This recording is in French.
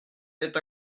est